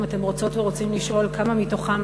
אם אתם רוצות ורוצים לשאול כמה מתוכם